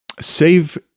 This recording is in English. save